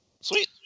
Sweet